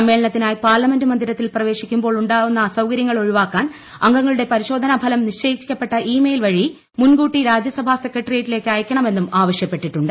സമ്മേളനത്തിനായി parliament മന്ദിരത്തിൽ പ്രവേശിക്കുമ്പോൾ ഉണ്ടാകാവുന്ന അസൌക്കർൃങ്ങൾ ഒഴിവാക്കാൻ അംഗങ്ങളുടെ പരിശോധനാഫലം നിശ്ചയിക്കപ്പെട്ട ഇ മെയിൽ വഴി മുൻകൂട്ടി രാജ്യസഭ സെക്രട്ടേറിയറ്റിലേക്ക് അയക്കണമെന്നും ആവശ്യപ്പെട്ടിട്ടുണ്ട്